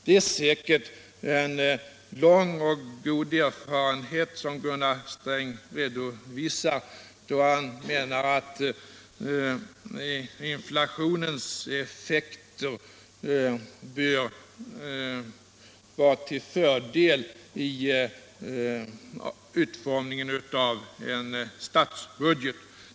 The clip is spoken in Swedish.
Det är säkert en lång och god erfarenhet som Gunnar Sträng redovisar då han menar att inflationens effekter bör vara till fördel i utformningen av en statsbudget.